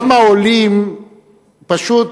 כמה עולים פשוט